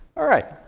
all right.